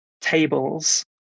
tables